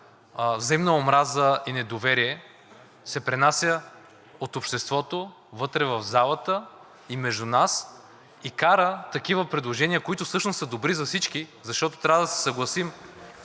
взаимна омраза и недоверие се пренася от обществото вътре в залата и между нас и кара такива предложения, които всъщност са добри за всички, защото трябва да се съгласим,